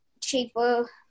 cheaper